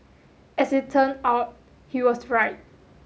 as it turned out he was right